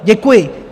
Děkuji.